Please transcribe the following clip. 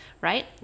Right